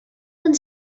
one